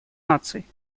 наций